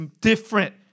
different